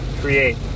create